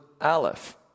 Aleph